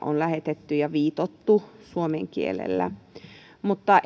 on lähetetty ja viitottu suomen kielellä mutta